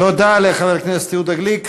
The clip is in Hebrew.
תודה לחבר הכנסת יהודה גליק.